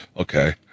Okay